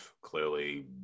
clearly